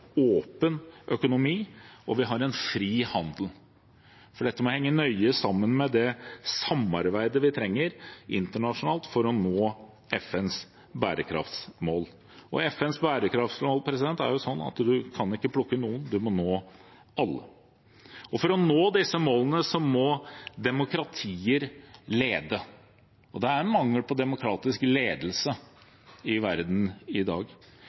åpen økonomi og en fri handel, for dette må henge nøye sammen med det samarbeidet vi trenger internasjonalt for å nå FNs bærekraftsmål. FNs bærekraftsmål er slik at man ikke kan plukke noen, man må nå alle. For å nå disse målene må demokratier lede. Det er mangel på demokratisk ledelse i verden i dag.